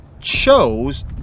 chose